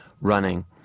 running